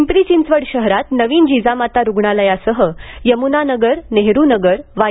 पिंपरी चिंचवड शहरात नवीन जिजामाता रुग्णालयासह यमुनानगर नेहरुनगर वाय